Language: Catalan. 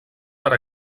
per